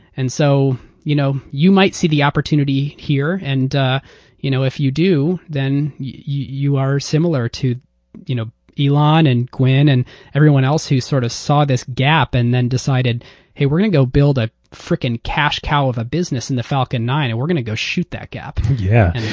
and so you know you might see the opportunity here. and you know if you do, then you are similar to you know elon, and quinn, and everyone else who sort of saw this gap and then decided we're going to go build a freaking cash cow of a business in the falcon nine. and we're going to go shoot that gap. yeah